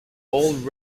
old